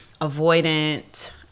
avoidant